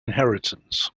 inheritance